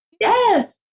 Yes